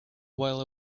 while